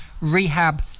rehab